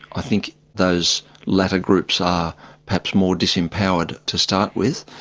i think those latter groups are perhaps more disempowered to start with,